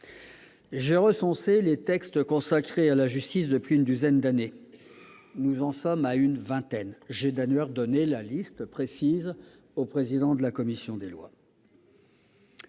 J'ai recensé les textes consacrés à la justice depuis une douzaine d'années : nous en sommes à une vingtaine- j'en ai communiqué la liste précise au président de la commission des lois.